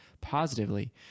positively